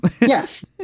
Yes